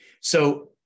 So-